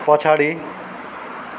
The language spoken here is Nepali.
पछाडि